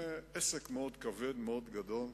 זה עסק מאוד כבד וגדול.